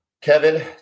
kevin